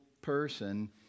person